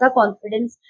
confidence